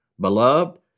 Beloved